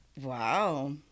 wow